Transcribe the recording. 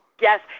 Yes